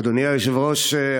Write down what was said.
אדוני היושב-ראש,